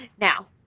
Now